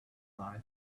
life